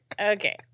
Okay